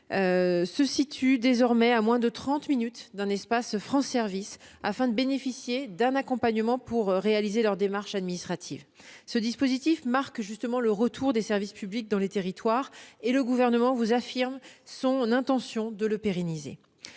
se situent désormais à moins de trente minutes d'un espace France services pour bénéficier d'un accompagnement dans leurs démarches administratives. Ce dispositif marque le retour des services publics dans les territoires ; le Gouvernement vous affirme son intention de le pérenniser.